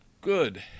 good